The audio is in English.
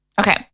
Okay